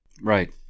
Right